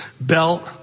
Belt